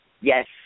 Yes